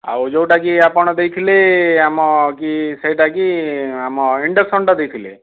ଆଉ ଯେଉଁଟା କି ଆପଣ ଦେଇଥିଲେ ଆମ କି ସେଇଟା କି ଆମ ଇଣ୍ଡକସନ୍ଟା ଦେଇଥିଲେ